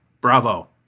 bravo